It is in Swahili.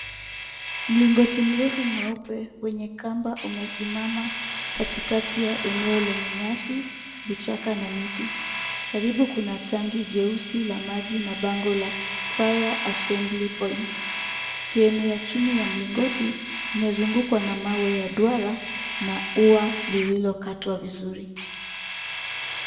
Mlingoti mrefu mweupe wenye kamba umesimama katikati ya eneo lenye nyasi, vichaka na miti. Karibu kuna tanki jeusi la maji na bango la fire assembly point . Sehemu ya chini ya mlingoti imezungukwa na mawe ya duara na ua lililokatwa vizuri.